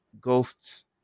ghosts